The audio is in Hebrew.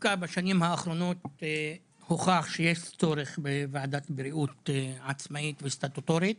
שדווקא בשנים האחרונות הוכח שיש צורך בוועדת בריאות עצמאית וסטטוטורית,